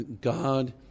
God